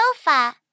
sofa